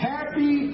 Happy